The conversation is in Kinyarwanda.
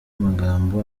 magambo